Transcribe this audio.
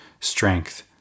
strength